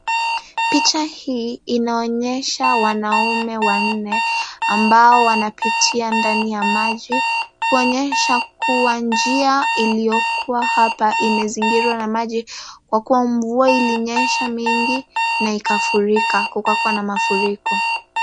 Picha hii inaonyesha wanaume wanne ambao wanapitia ndani ya maji kuonyesha kuwa njia iliyokuwa hapa imezingirwa na maji kwa kuwa mvua ilinyesha mingi na ikafurika kukakuwa na mafuriko.